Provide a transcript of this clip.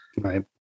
Right